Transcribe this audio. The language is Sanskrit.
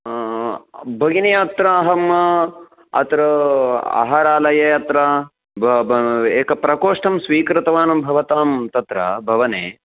भगिनी अत्र अहम् अत्र आहारालये अत्र एकं प्रकोष्ठं स्वीकृतवान् भवतां तत्र भवने